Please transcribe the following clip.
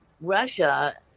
Russia